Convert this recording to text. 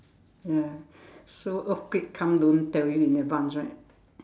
ya so earthquake come don't tell you in advance right